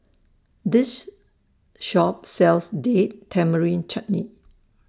This Shop sells Date Tamarind Chutney